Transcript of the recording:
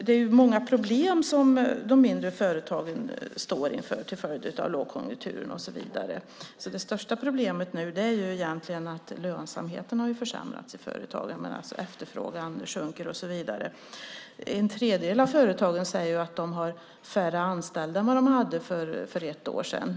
Det är många problem som de mindre företagen står inför till följd av lågkonjunkturen. Det största problemet är nu att lönsamheten i företagen har försämrats medan efterfrågan sjunker. En tredjedel av företagen säger att de har färre anställda än de hade för ett år sedan.